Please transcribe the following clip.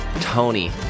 Tony